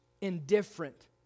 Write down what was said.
indifferent